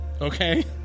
Okay